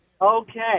Okay